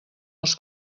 els